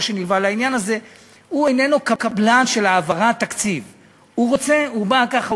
אני צידדתי בעניין הזה של לאשר תקציב ל-2015 בלי לגעת בשום דבר,